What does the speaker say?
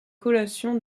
collation